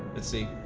as a